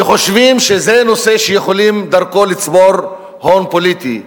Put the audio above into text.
שחושבים שזה נושא שיכולים דרכו לצבור הון פוליטי.